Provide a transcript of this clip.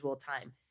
time